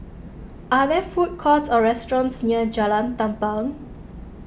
are there food courts or restaurants near Jalan Tampang